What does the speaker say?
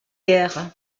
guère